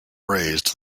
raised